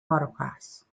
motocross